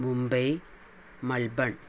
Mumbai Melbourne